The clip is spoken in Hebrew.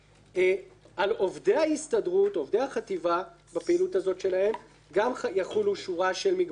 על עובדי ההסתדרות או עובדי החטיבה בפעילותם זו גם יחולו שורת מגבלות: